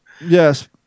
yes